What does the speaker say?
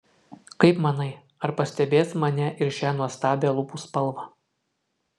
kaip manai ar pastebės mane ir šią nuostabią lūpų spalvą